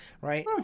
Right